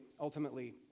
ultimately